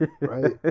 right